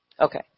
Okay